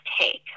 take